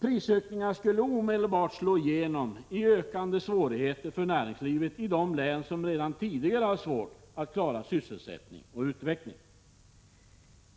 Prisökningar skulle omedelbart slå igenom med ökande svårigheter för näringslivet i de län som redan tidigare har svårt att klara sysselsättning och utveckling.